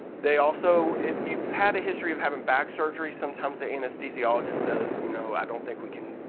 they also, if you've had a history of having back surgery sometimes the anesthesiologist says you know i don't think we can,